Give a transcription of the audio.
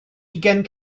ugain